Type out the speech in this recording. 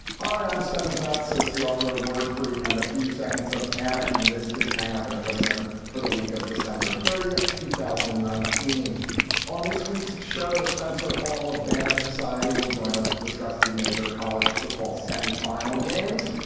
hi, i'm stefan fatsis, the author of word freak and a few seconds of panic. and this is hang up and listen for the week of december thirtieth, two thousand and nineteen on this week's show, spencer hall of banner. society will join us to discuss the major college football semifinal games.